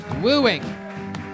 wooing